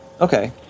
Okay